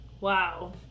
Wow